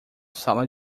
sala